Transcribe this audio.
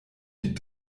die